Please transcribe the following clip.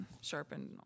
sharpened